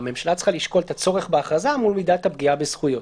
הממשלה צריכה לשקול את הצורך בהכרזה מול מידת הפגיעה בזכויות.